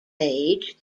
age